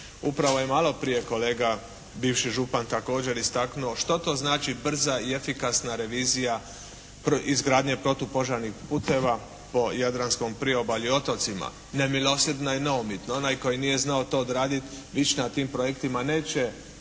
Upravo je malo prije kolega bivši župan također istaknuo što to znači brza i efikasna revizija izgradnje protupožarnih putova po jadranskom priobalju i otocima. Nemilosrdna i neumitna. Onaj koji nije znao to odraditi više na tim projektima neće